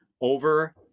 over